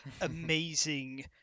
amazing